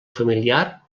familiar